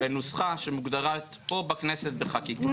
בנוסחה שמוגדרת פה בכנסת בחקיקה.